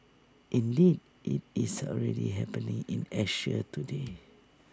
indeed IT is already happening in Asia today